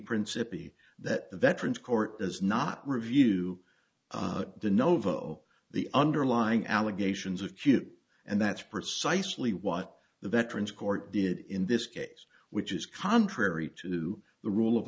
principi that the veterans court is not review the novo the underlying allegations of cute and that's precisely what the veterans court did in this case which is contrary to the rule of